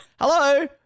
hello